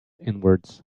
inwards